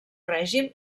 règim